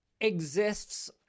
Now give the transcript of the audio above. exists